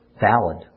valid